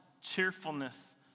cheerfulness